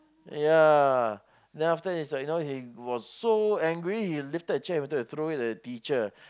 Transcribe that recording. ya then after that is like you know he was so angry he lifted a chair wanted to throw it at the teacher